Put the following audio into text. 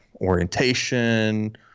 orientation